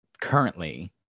currently